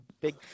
big